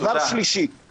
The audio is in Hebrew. דבר שלישי,